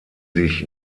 sich